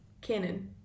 canon